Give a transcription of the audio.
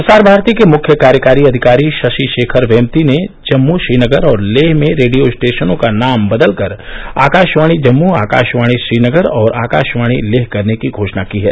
प्रसार भारती के मुख्य कार्यकारी अधिकारी शशि शेखर वेम्पति ने जम्मू श्रीनगर और लेह में रेडियो स्टेशनों का नाम बदलकर आकाशवाणी जम्मू आकाशवाणी श्रीनगर और आकाशवाणी लेह करने की घोषणा की है